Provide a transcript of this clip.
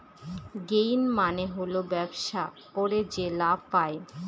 gain মানে হল ব্যবসা করে যে লাভ পায়